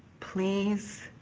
please